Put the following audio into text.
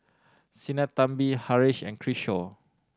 Sinnathamby Haresh and Kishore